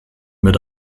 mit